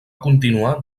continuar